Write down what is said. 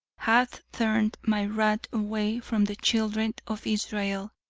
hath turned my wrath away from the children of israel,